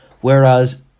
Whereas